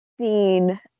seen